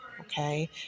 Okay